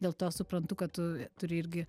dėl to suprantu kad tu turi irgi